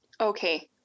okay